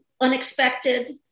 unexpected